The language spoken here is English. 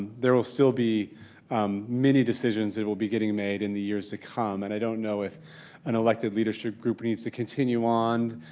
there will still be many decisions that will be getting made in the years to come, and i don't know if a and elected leadership group needs to continue on,